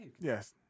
Yes